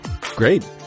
great